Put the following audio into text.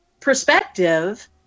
Perspective